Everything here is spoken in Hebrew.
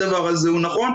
הדבר הזה הוא נכון,